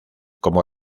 como